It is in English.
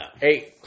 Hey